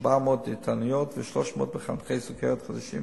400 דיאטניות ו-300 מחנכי סוכרת חדשים